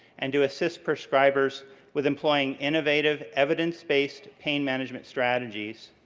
and do a cis prescribers with employing innovative evidence-based pain management strategies.